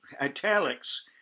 italics